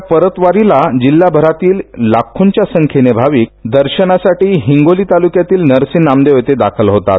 या परतवारीला जिल्हभरातील लाखोंच्या संख्येने भाविक दर्शनासाठी हिंगोली तालुक्यातील नरसी नामदेव येथे दाखल होतात